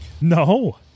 No